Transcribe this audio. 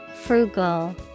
Frugal